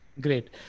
Great